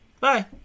Bye